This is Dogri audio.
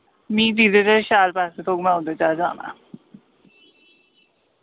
मी जिदे दे शैल पैसा थ्होग मैं उद्धर चली जाना